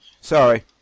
Sorry